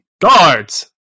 Guards